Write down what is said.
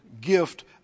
gift